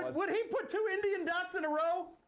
would he put two indian dots in a row?